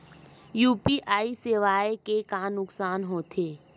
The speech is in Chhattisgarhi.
यू.पी.आई सेवाएं के का नुकसान हो थे?